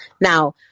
Now